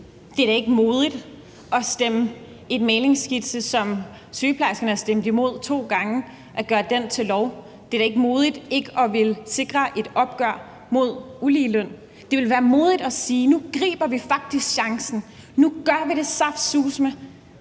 Det er da ikke modigt at stemme for at gøre en mæglingsskitse, som sygeplejerskerne har stemt imod to gange, til lov. Det er da ikke modigt ikke at ville sikre et opgør mod ulige løn. Det ville være modigt at sige: Nu griber vi faktisk chancen. Nu gør vi det saftsuseme.